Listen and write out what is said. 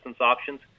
options